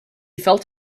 felt